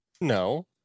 no